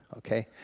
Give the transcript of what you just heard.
okay.